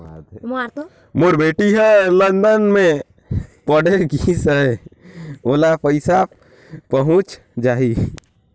मोर बेटी हर लंदन मे पढ़े गिस हय, ओला पइसा पहुंच जाहि?